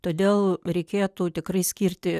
todėl reikėtų tikrai skirti